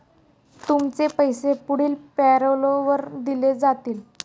तुमचे पैसे पुढील पॅरोलवर दिले जातील